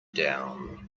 down